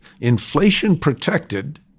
inflation-protected